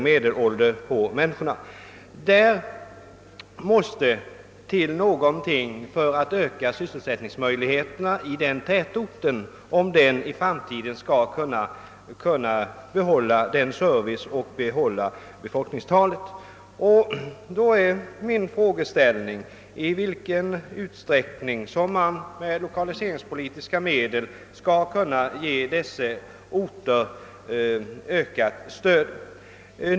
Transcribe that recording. I sådant fall måste vidtas åtgärder för att öka sysselsättningsmöjligheterna i tätorten, om den i framtiden skall kunna bibehålla sitt befolkningstal och möjligheterna att sörja för en tillfredsställande service. Mot den bakgrunden har jag frågat i vilken utsträckning man med lokaliseringspolitiska medel skall kunna lämna sådana orter ökat stöd.